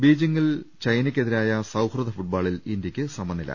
ബെയ്ജിങ്ങിൽ ചൈനക്കെതിരായ സൌഹൃദ ഫുട്ബോളിൽ ഇന്ത്യയ്ക്ക് സമനില